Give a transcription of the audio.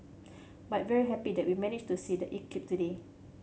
but very happy that we managed to see the eclipse today